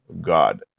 God